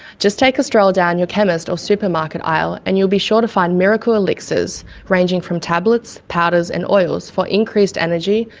just take a stroll down your chemist or supermarket aisle and you'll be sure to find miracle elixirs ranging from tablets, powders and oils for increased energy,